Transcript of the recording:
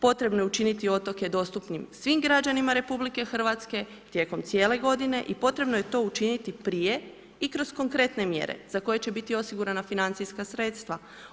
Potrebno je učiniti otoke dostupnim svim građanima RH tijekom cijele godine i potrebno je to učiniti prije i kroz konkretne mjere za koje će biti osigurana financijska sredstva.